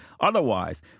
Otherwise